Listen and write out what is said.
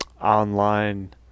online